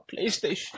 playstation